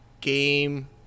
game